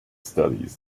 studies